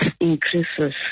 increases